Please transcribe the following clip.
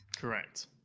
Correct